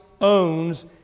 owns